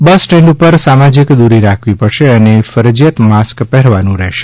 બસ stand ઉપર સામાજિક દૂરી રાખવી પડશે અને ફરજિયાત માસ્ક પહેરવાનું રહેશે